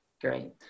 great